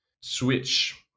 switch